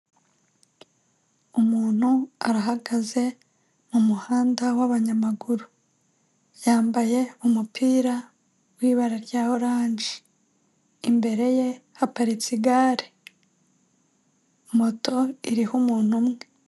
Umuntu arahagaze mu muhanda w'abanyamaguru yambaye umupira w'ibara rya oranje imbere ye haparitse igare, moto iriho umuntu umwe.